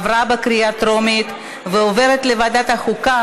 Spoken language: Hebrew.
עברה בקריאה טרומית ועוברת לוועדת החוקה,